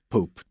Poop